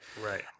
Right